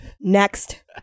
Next